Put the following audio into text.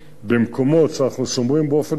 במקומות שאנחנו שומרים באופן קבוע,